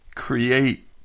create